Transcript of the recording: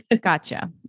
Gotcha